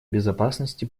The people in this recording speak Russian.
безопасности